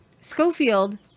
Schofield